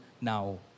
now